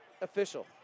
official